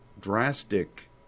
drastic